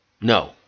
no